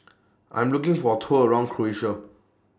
I Am looking For A Tour around Croatia